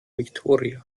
victoria